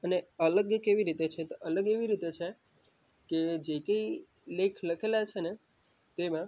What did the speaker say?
અને અલગ કેવી રીતે છે તો કે અલગ એવી રીતે છે કે જે કાંઈ લેખ લખેલા છે ને તેમાં